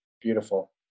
Beautiful